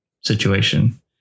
situation